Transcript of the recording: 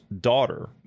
daughter